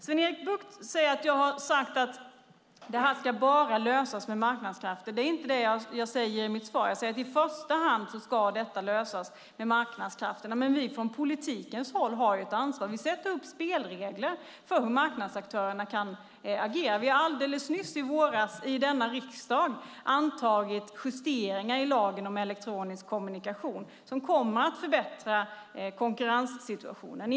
Sven-Erik Bucht säger att jag har sagt att detta ska lösas bara med marknadskrafterna. Men det är inte vad jag säger i mitt svar, utan jag säger att det i första hand ska lösas genom marknadskrafterna. Vi från politiken har ett ansvar. Vi sätter upp spelregler för hur marknadsaktörerna kan agera. Vi har i våras här i riksdagen antagit justeringar i lagen om elektronisk kommunikation som kommer att förbättra konkurrenssituationen.